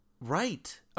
right